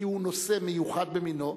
כי הוא נושא מיוחד במינו,